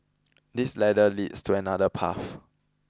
this ladder leads to another path